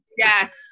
Yes